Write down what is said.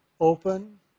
open